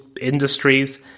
industries